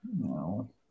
No